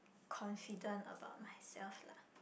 confident about myself lah